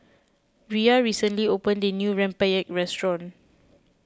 Rhea recently opened a new Rempeyek restaurant